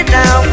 now